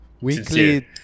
Weekly